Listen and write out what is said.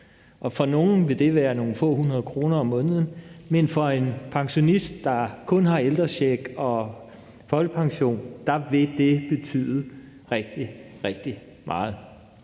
Og for nogle vil det være nogle få hundrede kroner om måneden, men for en pensionist, der kun har ældrecheck og folkepension, vil det betyde rigtig, rigtig meget.